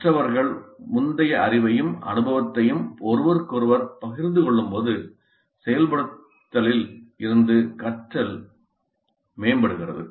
கற்றவர்கள் முந்தைய அறிவையும் அனுபவத்தையும் ஒருவருக்கொருவர் பகிர்ந்து கொள்ளும்போது செயல்படுத்தலில் இருந்து கற்றல் மேம்படுகிறது